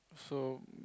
so